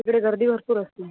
तिकडे गर्दी भरपूर असते